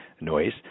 noise